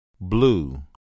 blue